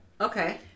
Okay